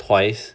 twice